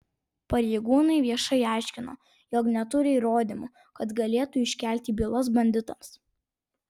pareigūnai viešai aiškino jog neturi įrodymų kad galėtų iškelti bylas banditams